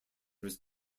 was